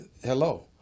hello